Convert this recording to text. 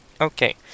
Okay